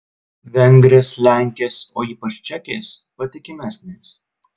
vengrės lenkės o ypač čekės patikimesnės